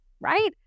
right